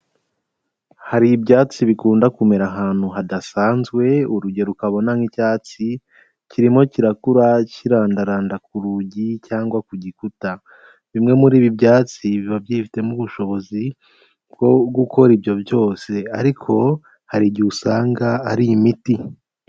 Hari ibyatsi bikunda kumera ahantu hadasanzwe, urugero ukabona nk'icyatsi kirimo kirakura kirandaranda ku rugi cyangwa ku gikuta, bimwe muri ibi byatsi biba byifitemo ubushobozi bwo gukora ibyo byose, ariko hari igihe usanga ari imiti.